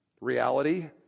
reality